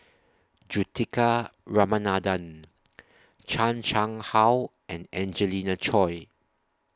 Juthika Ramanathan Chan Chang How and Angelina Choy